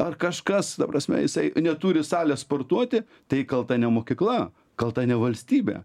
ar kažkas ta prasme jisai neturi salės sportuoti tai kalta ne mokykla kalta ne valstybė